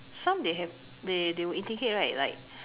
some they have they they will indicate right like